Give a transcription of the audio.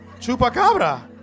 Chupacabra